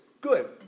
Good